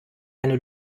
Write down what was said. eine